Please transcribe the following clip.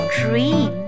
dream